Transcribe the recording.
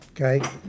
Okay